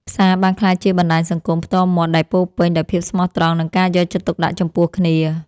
ផ្សារបានក្លាយជាបណ្ដាញសង្គមផ្ទាល់មាត់ដែលពោរពេញដោយភាពស្មោះត្រង់ និងការយកចិត្តទុកដាក់ចំពោះគ្នា។